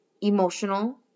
emotional